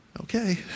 okay